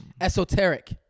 Esoteric